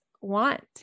want